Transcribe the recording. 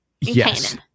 Yes